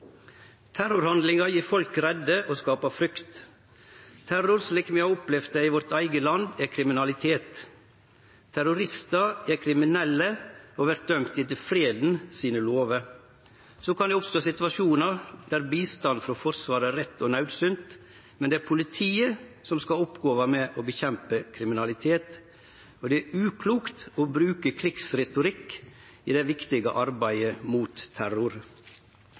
Terrorhandlingar gjer folk redde og skapar frykt. Terror, slik vi har opplevd det i vårt eige land, er kriminalitet. Terroristar er kriminelle og vert dømde etter fredens lover. Så kan det oppstå situasjonar der bistand frå Forsvaret er rett og naudsynt, men det er politiet som skal ha oppgåva med å nedkjempe kriminalitet. Det er uklokt å bruke krigsretorikk i det viktige arbeidet mot terror.